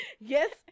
Yes